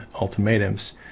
ultimatums